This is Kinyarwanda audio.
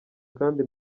kandi